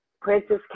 Princess